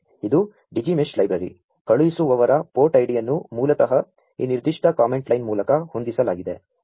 ಇದು Digi Mesh library ಕಳು ಹಿಸು ವವರ ಪೋ ರ್ಟ್ ಐಡಿಯನ್ನು ಮೂ ಲತಃ ಈ ನಿರ್ದಿ ಷ್ಟ ಕಾ ಮೆಂ ಟ್ ಲೈನ್ ಮೂ ಲಕ ಹೊಂ ದಿಸಲಾ ಗಿದೆ